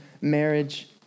marriage